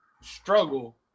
struggle